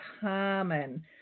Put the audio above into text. common